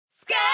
Sky